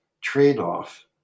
trade-off